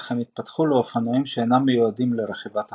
אך הם התפתחו לאופנועים שאינם מיועדים לרכיבה תחרותית.